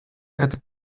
add